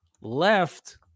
left